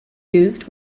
used